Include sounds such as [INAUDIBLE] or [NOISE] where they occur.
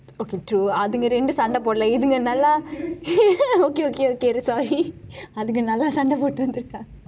okay true அதுங்க இரண்டு பேரும் சண்டை போடலே இதுங்க நல்லா:athunka irandu peru sandai podalai ithunka nalla [LAUGHS] okay okay okay sorry அதுங்க நல்லா சண்டை போட்டு வந்திருக்கா:athunka nalla sandai pottu vanthirukka